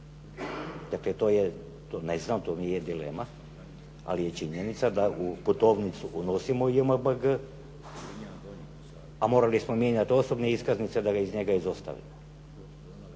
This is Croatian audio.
Dakle, to je to je dilema, ali je činjenica da u putovnicu unosimo JMBG, a morali smo mijenjati osobne iskaznice da ga iz njega izostavimo.